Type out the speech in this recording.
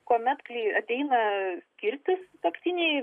kuomet kai ateina skirtis sutuoktiniai